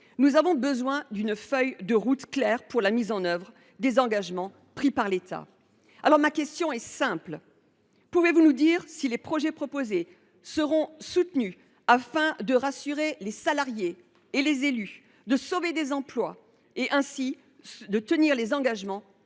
Nous avons besoin d’une feuille de route claire pour la mise en œuvre des engagements pris par l’État. Dès lors, madame la ministre, ma question est simple : pouvez vous nous dire si les projets proposés seront soutenus, de manière à rassurer les salariés et les élus, à sauver des emplois et ainsi à tenir les engagements